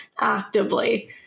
actively